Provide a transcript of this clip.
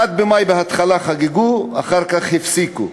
את 1 במאי בהתחלה חגגו, אחר כך הפסיקו.